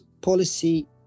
policy